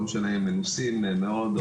לא משנה אם הם מנוסים מאוד,